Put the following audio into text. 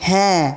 হ্যাঁ